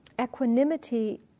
equanimity